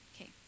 Okay